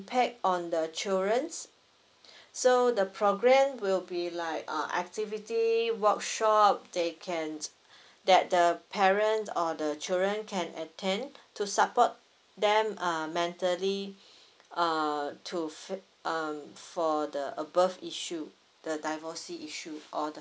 impact on the childrens so the program will be like uh activity workshop they can that the parents or the children can attend to support them uh mentally err to f~ um for the above issue the divorcee issue or the